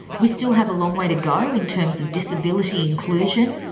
we still have a long way to go in terms of disability inclusion.